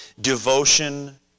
devotion